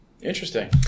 Interesting